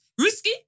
Risky